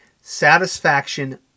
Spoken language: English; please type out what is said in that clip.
Satisfaction